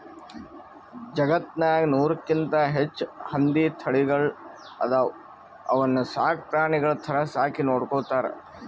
ಜಗತ್ತ್ನಾಗ್ ನೂರಕ್ಕಿಂತ್ ಹೆಚ್ಚ್ ಹಂದಿ ತಳಿಗಳ್ ಅದಾವ ಅವನ್ನ ಸಾಕ್ ಪ್ರಾಣಿಗಳ್ ಥರಾ ಸಾಕಿ ನೋಡ್ಕೊತಾರ್